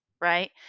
right